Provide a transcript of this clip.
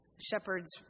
Shepherds